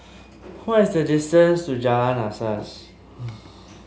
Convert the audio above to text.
what is the distance to Jalan Asas